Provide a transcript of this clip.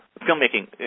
filmmaking